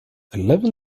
eleven